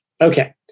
Okay